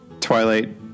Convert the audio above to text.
Twilight